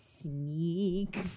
sneak